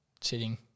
sitting